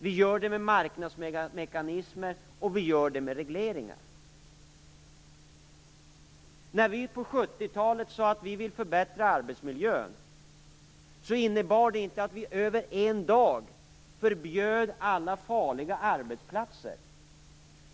Vi gör det med hjälp av marknadsmekanismer och regleringar. När vi på 70-talet sade att vi vill förbättra arbetsmiljön, innebar det inte att vi över en dag förbjöd alla farliga arbetsplatser.